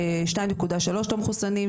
2.3 לא מחוסנים,